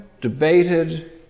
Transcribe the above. debated